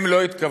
הם לא התכוונו